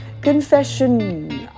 Confession